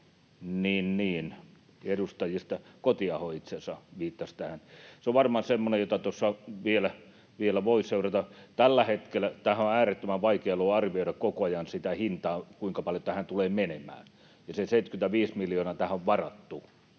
viittasi myös edustajista Kotiaho: Se on varmaan semmoinen, jota tuossa vielä voi seurata. Tässähän on äärettömän vaikea ollut arvioida koko ajan sitä hintaa, kuinka paljon tähän tulee menemään, ja se 75 miljoonaa tähän on varattu.